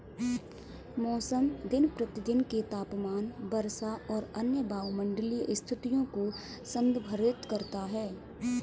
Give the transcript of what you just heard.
मौसम दिन प्रतिदिन के तापमान, वर्षा और अन्य वायुमंडलीय स्थितियों को संदर्भित करता है